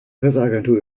presseagentur